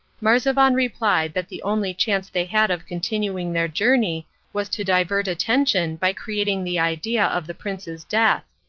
marzavan replied that the only chance they had of continuing their journey was to divert attention by creating the idea of the prince's death.